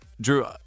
Drew